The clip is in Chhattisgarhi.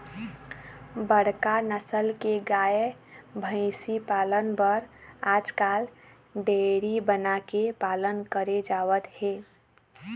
बड़का नसल के गाय, भइसी पालन बर आजकाल डेयरी बना के पालन करे जावत हे